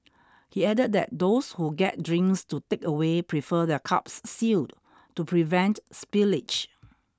he added that those who get drinks to takeaway prefer their cups sealed to prevent spillage